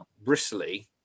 bristly